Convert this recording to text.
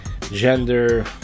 Gender